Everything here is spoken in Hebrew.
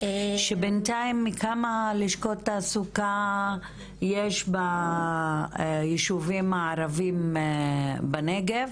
-- שבינתיים מכמה לשכות תעסוקה יש בישובים הערביים בנגב,